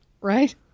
Right